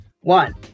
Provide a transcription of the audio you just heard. one